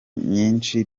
nyinshi